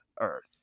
Earth